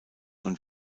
und